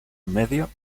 medio